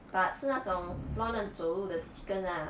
but 是那种乱乱走路的 chicken lah